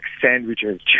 sandwiches